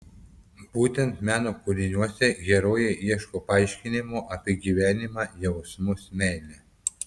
būtent meno kūriniuose herojė ieško paaiškinimo apie gyvenimą jausmus meilę